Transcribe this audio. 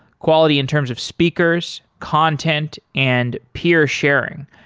quality in terms of speakers, content and peer sharing,